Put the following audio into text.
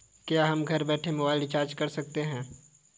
क्या हम घर बैठे मोबाइल रिचार्ज कर सकते हैं?